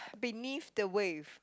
beneath the wave